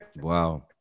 Wow